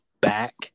back